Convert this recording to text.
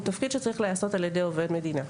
תפקיד שצריך להיעשות על ידי עובד מדינה.